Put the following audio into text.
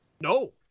No